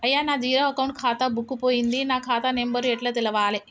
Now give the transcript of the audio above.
అయ్యా నా zero account ఖాతా బుక్కు పోయింది నా ఖాతా నెంబరు ఎట్ల తెలవాలే?